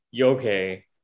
Okay